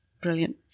brilliant